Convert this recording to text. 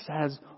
says